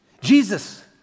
Jesus